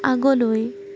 আগলৈ